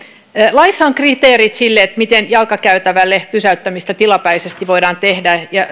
laissa on kriteerit sille miten jalkakäytävälle pysäyttämistä tilapäisesti voidaan tehdä ja